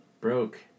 Broke